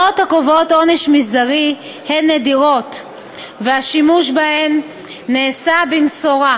הוראות הקובעות עונש מזערי הן נדירות והשימוש בהן נעשה במשורה,